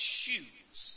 shoes